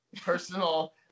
personal